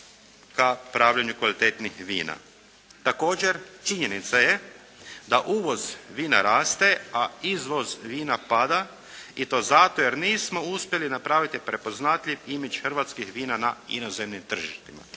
ka pravljenju kvalitetnih vina. Također, činjenica je da uvoz vina rasta a izvoz vina pada i to zato jer nismo uspjeli napraviti prepoznatljiv image hrvatskih vina na inozemnim tržištima.